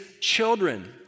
children